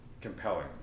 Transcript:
compelling